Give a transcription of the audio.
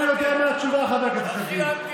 אני יודע את התשובה, חבר הכנסת לוין.